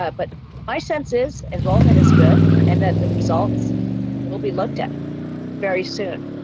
ah but my sense is enrollment is good and that the results will be looked at very soon.